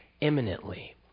imminently